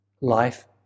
life